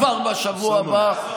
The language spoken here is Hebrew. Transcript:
כבר מהשבוע הבא,